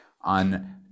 on